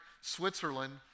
Switzerland